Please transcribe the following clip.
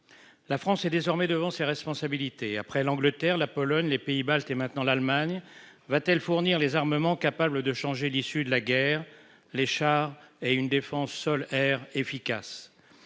La France est désormais devant ses responsabilités. Après l'Angleterre, la Pologne, les pays baltes et maintenant l'Allemagne va-t-elle fournir les armements capables de changer l'issue de la guerre. Les chars et une défense sol-air efficaces.